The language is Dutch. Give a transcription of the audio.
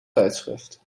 tijdschrift